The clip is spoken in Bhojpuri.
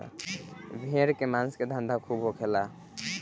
भेड़ के मांस के धंधा खूब होला